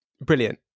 Brilliant